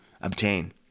obtain